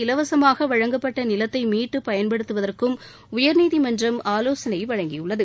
இலவசமாக வழங்கப்பட்ட நிலத்தை மீட்டு பயன்படுத்துவதற்கும் உயர்நீதிமன்றம் ஆலோசனை வழங்கியுள்ளது